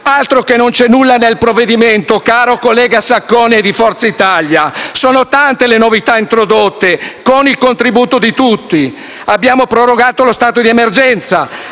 Altro che non c'è nulla nel provvedimento, caro collega Saccone di Forza Italia! Sono tante le novità introdotte con il contributo di tutti. Abbiamo prorogato lo stato di emergenza.